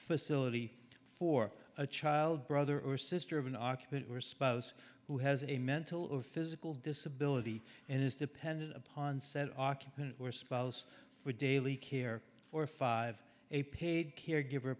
facility for a child brother or sister of an occupant or spouse who has a mental or physical disability and is dependent upon said occupant or spouse for daily care for five a paid caregiver